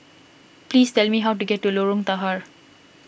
please tell me how to get to Lorong Tahar